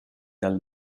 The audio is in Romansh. dal